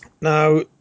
Now